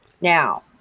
Now